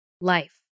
life